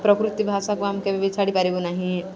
ପ୍ରକୃତି ଭାଷାକୁ ଆମେ କେବେ ବି ଛାଡ଼ିପାରିବୁ ନାହିଁ